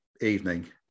evening